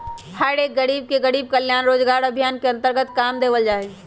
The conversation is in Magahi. हर एक गरीब के गरीब कल्याण रोजगार अभियान के अन्तर्गत काम देवल जा हई